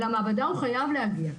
אל המעבדה הוא חייב להגיע,